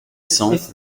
cents